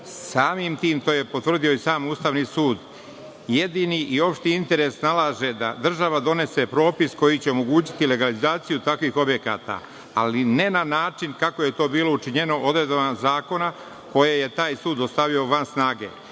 Samim tim, to je potvrdio i sam Ustavni sud jedini i opšti interes nalaže da država donese propis koji će omogućiti legalizaciju takvih objekata, ali ne na način kako je to bilo učinjeno odredbama zakona koje je taj sud stavio van snage,